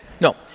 No